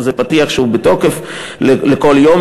אז זה פתיח שהוא בתוקף לכל יום.